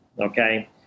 okay